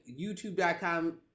YouTube.com